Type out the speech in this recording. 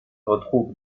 retrouve